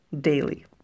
daily